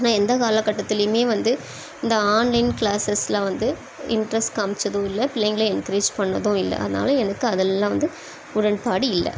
நான் எந்த காலக்கட்டத்துலேயுமே வந்து இந்த ஆன்லைன் க்ளாஸஸில் வந்து இன்ட்ரெஸ்ட் காமிச்சதும் இல்ல பிள்ளைங்கள என்க்ரேஜ் பண்ணதும் இல்லை அதனால் எனக்கு அதுலெல்லாம் வந்து உடன்பாடு இல்லை